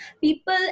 People